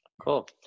Cool